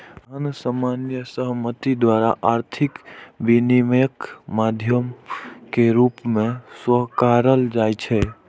धन सामान्य सहमति द्वारा आर्थिक विनिमयक माध्यम के रूप मे स्वीकारल जाइ छै